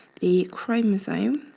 the chromosome,